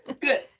good